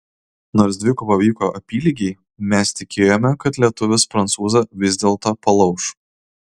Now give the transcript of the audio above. nors dvikova vyko apylygiai mes tikėjome kad lietuvis prancūzą vis dėlto palauš